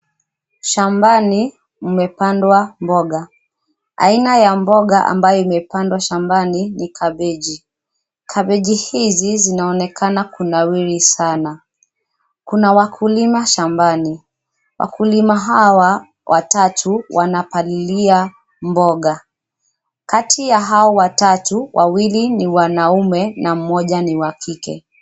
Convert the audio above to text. Shambani mumepandwa mboga, aina ya mboga ambayo imepandwa shambani ni kabeji. Kabeji hizi zinaonekana kunawiri sana. Kunawakulima shambani. Wakulima hawa watatu wanapalilia mboga kati ya hao watatu, wawili ni wanaume na mmoja ni wakike.